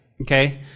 Okay